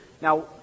Now